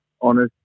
honest